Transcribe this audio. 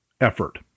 effort